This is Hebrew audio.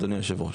אדוני היושב ראש.